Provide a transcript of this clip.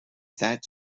that